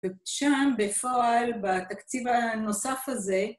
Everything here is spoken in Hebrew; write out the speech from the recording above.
ושם בפועל בתקציב הנוסף הזה